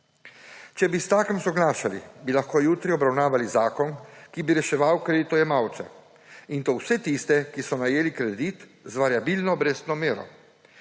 Če bi s tem soglašali, bi lahko jutri obravnavali zakon, ki bi reševal kreditojemalce, in to vse tiste, ki so najeli kredit z variabilno obrestno mero.